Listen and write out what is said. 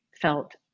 felt